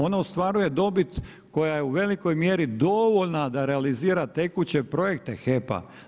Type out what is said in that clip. Ona ostvaruje dobit koja je u velikoj mjeri dovoljna da realizira tekuće projekte HEP-a.